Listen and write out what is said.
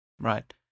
right